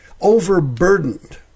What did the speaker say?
overburdened